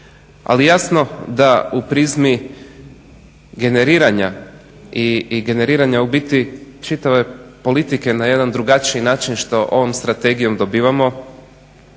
Ali jasno da u prizmi generiranja i generiranja ubiti čitave politike na jedan drugačiji način što ovom strategijom dobivamo